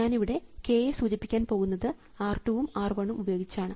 ഞാനിവിടെ k യെ സൂചിപ്പിക്കാൻ പോകുന്നത് R 2 ഉം R 1 ഉം ഉപയോഗിച്ചാണ്